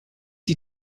die